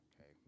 Okay